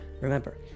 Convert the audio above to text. Remember